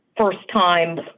first-time